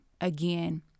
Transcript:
Again